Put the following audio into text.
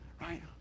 right